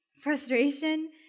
frustration